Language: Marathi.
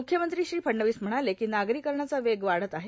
मुख्यमंत्री श्री फडणवीस म्हणाले कों नागरोकरणाचा वेग वाढत आहे